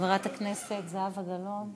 חברת הכנסת זהבה גלאון.